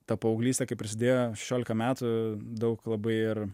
ta paauglystė kai prasidėjo šešiolika metų daug labai ir